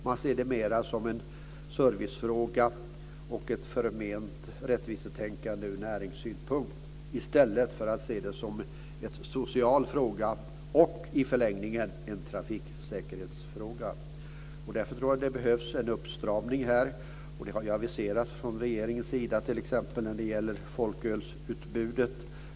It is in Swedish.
Man ser det mera som en servicefråga och ett förment rättvisetänkande ur näringssynpunkt, i stället för att se det som en social fråga och i förlängningen en trafiksäkerhetsfråga. Därför behövs det en uppstramning här, och det har ju från regeringens sida aviserats t.ex. när det gäller folkölsutbudet.